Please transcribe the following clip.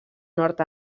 nord